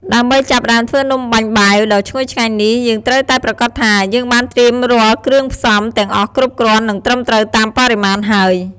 ដើម្បីចាប់ផ្តើមធ្វើនំបាញ់បែវដ៏ឈ្ងុយឆ្ងាញ់នេះ យើងត្រូវតែប្រាកដថា យើងបានត្រៀមរាល់គ្រឿងផ្សំ ទាំងអស់គ្រប់គ្រាន់ និងត្រឹមត្រូវតាមបរិមាណហើយ។